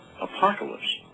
Apocalypse